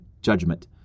judgment